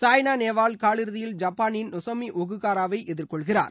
சாய்னா நேவால் காலிறுதியில் ஜப்பானின் நோசோமி ஒக்கூகாராவை எதிர்கொள்கிறார்